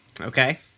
Okay